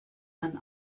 man